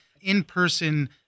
in-person